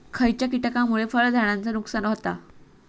खयच्या किटकांमुळे फळझाडांचा नुकसान होता?